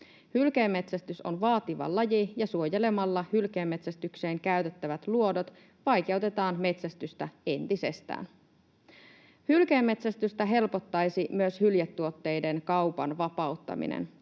Hylkeenmetsästys on vaativa laji, ja suojelemalla hylkeenmetsästykseen käytettävät luodot vaikeutetaan metsästystä entisestään. Hylkeenmetsästystä helpottaisi myös hyljetuotteiden kaupan vapauttaminen.